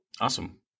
Awesome